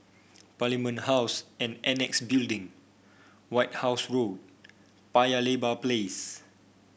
Parliament House and Annexe Building White House Road Paya Lebar Place